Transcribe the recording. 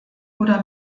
oder